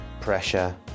pressure